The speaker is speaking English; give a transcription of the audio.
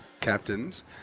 captains